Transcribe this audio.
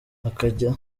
akajya